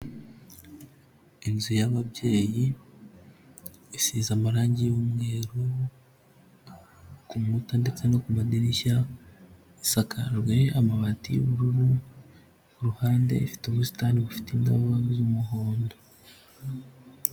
Inzu y'ababyeyi, isize amarangi yumweru ku nkuta ndetse no kumadirishya, isakajwe amabati y'ubururu, ku ruhande ifite ubusitani bufite indabo z'umuhondo.